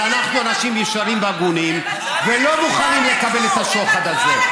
אבל אנחנו אנשים ישרים והגונים ולא מוכנים לקבל את השוחד הזה.